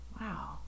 wow